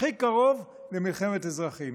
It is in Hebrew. הכי קרוב למלחמת אזרחים.